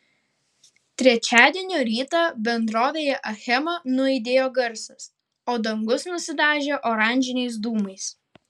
trečiadienio rytą bendrovėje achema nuaidėjo garsas o dangus nusidažė oranžiniais dūmais